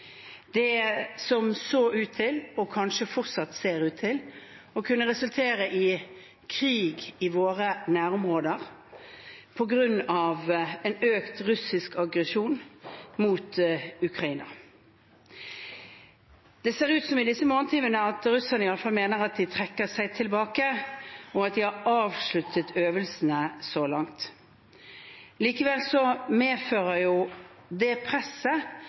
det som så ut til – og kanskje fortsatt ser ut til – å kunne resultere i krig i våre nærområder på grunn av en økt russisk aggresjon mot Ukraina. I disse morgentimene ser det ut til at russerne iallfall mener at de trekker seg tilbake, og at de har avsluttet øvelsene så langt. Likevel medfører jo det presset